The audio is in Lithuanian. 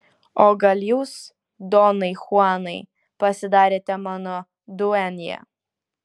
o gal jūs donai chuanai pasidarėte mano duenja